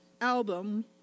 album